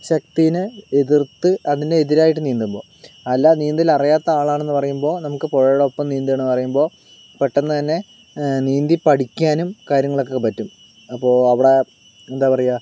ശക്തിനെ എതിർത്ത് അതിന് എതിരായിട്ട് നീന്തുമ്പോൾ അല്ല നീന്തൽ അറിയാത്ത ആളാണെന്നു പറയുമ്പോൾ നമുക്ക് പുഴയുടെ ഒപ്പം നീന്തുകയാണെന്ന് പറയുമ്പോൾ പെട്ടന്നു തന്നെ നീന്തി പഠിക്കാനും കാര്യങ്ങളൊക്കെ പറ്റും അപ്പോൾ അവിടെ എന്താ പറയുക